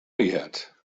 yet